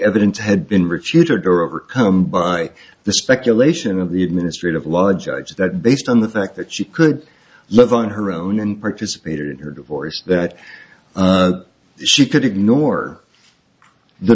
evidence had been refuted or overcome by the speculation of the administrative law judge that based on the fact that she could live on her own and participated in her voice that she could ignore